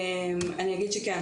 אני אגיד שכן,